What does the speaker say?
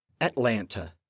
Atlanta